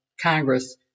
Congress